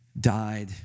died